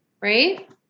Right